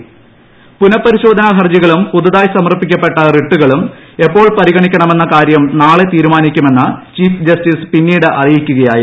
പ്പുനപരിശോധനാ ഹർജികളും പുതുതായി സമർപ്പിക്കപ്പെട്ട് റ്റ്റിട്ടൂകളും എപ്പോൾ പരിഗണിക്കണമെന്ന കാര്യങ്ങ്ങളെ തീരുമാനിക്കുമെന്ന് ചീഫ് ജസ്റ്റിസ് പിന്നീട് അറിയിക്കു്കയായിരുന്നു